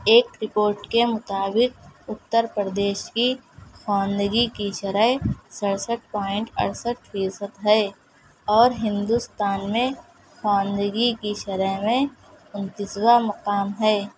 ایک رپورٹ کے مطابق اتّر پردیش کی خواندگی کی شرح سرسٹھ پوائنٹ اڑسٹھ فیصد ہے اور ہندوستان میں خواندگی کی شرح میں انتیسواں مقام ہے